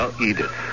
Edith